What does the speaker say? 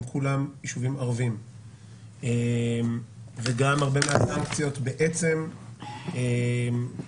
כולם ישובים ערבים וגם הרבה מהסנקציות בעצם בפועל,